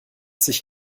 sich